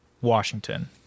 Washington